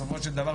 בסופו של דבר,